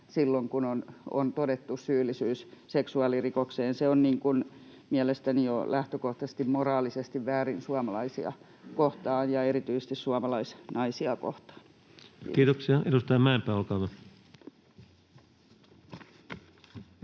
silloin, kun on todettu syyllisyys seksuaalirikokseen. Se on mielestäni jo lähtökohtaisesti moraalisesti väärin suomalaisia kohtaan ja erityisesti suomalaisnaisia kohtaan. [Speech 268] Speaker: